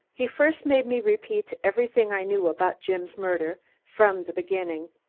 he first made me repeat everything i knew about jim's murder, from the beginning.